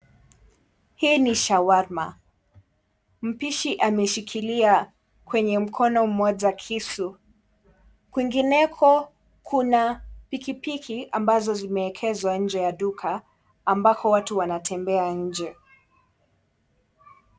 Hii ni shawarma. Mpishi ameshikilia kwenye mkono mmoja kisu. Kwingineko kuna pikipiki ambazo zimeekezwa nje ya duka ambako watu wanatembea nje.